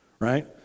right